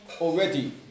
Already